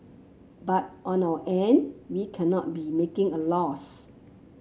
but on our end we cannot be making a loss